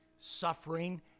suffering